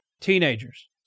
teenagers